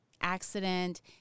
accident